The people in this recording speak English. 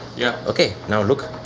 yeah. ok, now look.